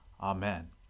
Amen